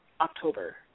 October